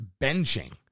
benching